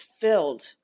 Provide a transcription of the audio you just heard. filled